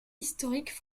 historiques